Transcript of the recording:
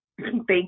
Thank